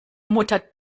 mutter